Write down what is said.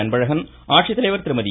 அன்பழகன் ஆட்சித்தலைவர் திருமதி